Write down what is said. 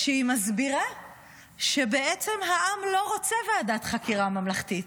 כשהיא מסבירה שבעצם העם לא רוצה ועדת חקירה ממלכתית.